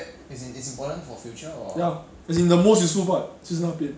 bro you they teach us about our history and everything lah how you should act like know ah